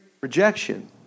rejection